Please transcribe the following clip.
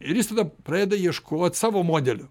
ir jis tada pradeda ieškot savo modelių